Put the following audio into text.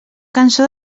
cançó